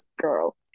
girl